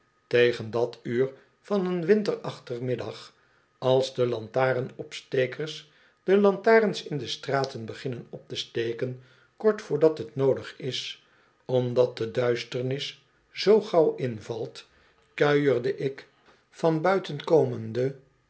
tegen dat uur van een winterachtermiddag als de lantarenopstekers de lantarens in de straten beginnen op te steken kort voordat t noodig is omdat de duisternis zoo gauw invalt kuierde ik van buiten komende